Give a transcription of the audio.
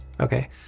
okay